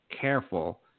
careful